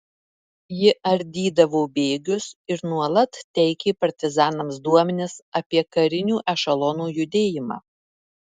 ji ardydavo bėgius ir nuolat teikė partizanams duomenis apie karinių ešelonų judėjimą